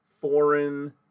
foreign